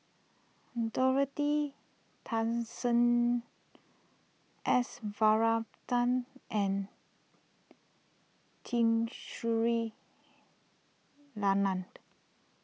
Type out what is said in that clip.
Dorothy Tessensohn S Varathan and Tun Sri Lanang